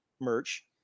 merch